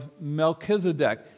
Melchizedek